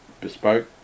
bespoke